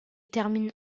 termine